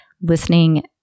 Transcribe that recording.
listening